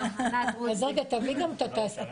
בהשמדה תהיה התייעצות